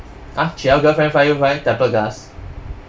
!huh! chee hao girlfriend find you buy tempered glass